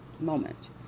moment